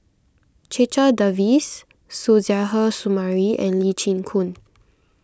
Checha Davies Suzairhe Sumari and Lee Chin Koon